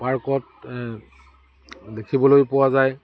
পাৰ্কত দেখিবলৈ পোৱা যায়